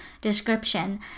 description